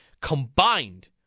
Combined